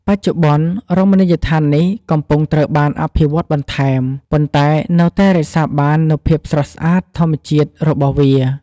បច្ចុប្បន្ន រមណីយដ្ឋាននេះកំពុងត្រូវបានអភិវឌ្ឍបន្ថែម ប៉ុន្តែនៅតែរក្សាបាននូវភាពស្រស់ស្អាតធម្មជាតិរបស់វា។